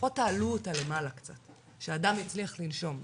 לפחות תעלו אותה למעלה קצת שהאדם יצליח לנשום,